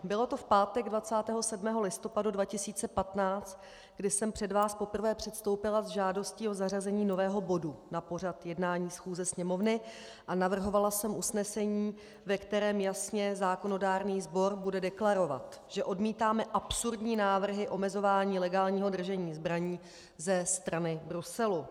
Bylo to v pátek 27. listopadu 2015, kdy jsem před vás poprvé předstoupila s žádostí o zařazení nového bodu na pořad jednání schůze Sněmovny a navrhovala jsem usnesení, ve kterém jasně zákonodárný sbor bude deklarovat, že odmítáme absurdní návrhy omezování legálního držení zbraní ze strany Bruselu.